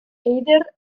eider